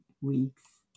weeks